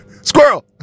Squirrel